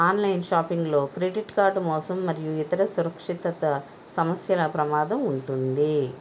online షాపింగ్లో credit card మోసం మరియు ఇతర సురక్షిత సమస్యల ప్రమాదం ఉంటుంది